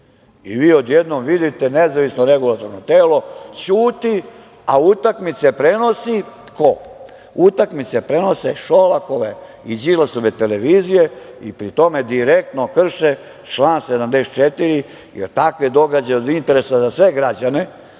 Vi odjednom vidite nezavisno regulatorno telo, ćuti, a utakmice prenosi - ko? Utakmice prenose Šolakove i Đilasove televizije i pri tome direktno krše član 74. jer takve događaje od interesa za sve građane,